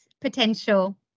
potential